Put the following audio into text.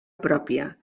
pròpia